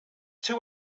too